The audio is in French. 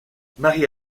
marie